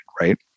Right